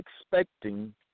expecting